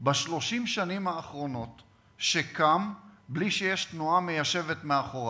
שקם ב-30 שנים האחרונות בלי שיש תנועה מיישבת מאחוריו,